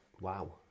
Wow